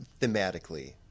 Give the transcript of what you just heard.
thematically